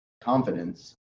confidence